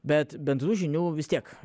bet bendrų žinių vis tiek